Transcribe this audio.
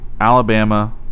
Alabama